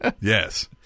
Yes